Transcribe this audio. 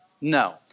No